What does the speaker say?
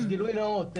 אז גילוי נאות,